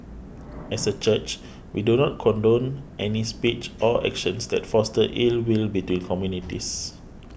as a church we do not condone any speech or actions that foster ill will between communities